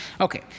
okay